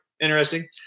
interesting